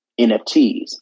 nfts